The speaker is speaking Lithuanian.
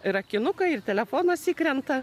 ir akinukai ir telefonas įkrenta